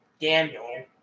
Daniel